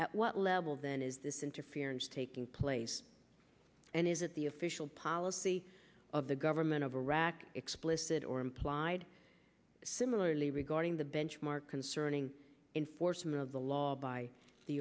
at what level then is this interference taking place and is it the official policy of the government of iraq explicit or implied similarly regarding the benchmark concerning enforcement of the law by the